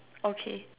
okay